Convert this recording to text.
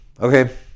okay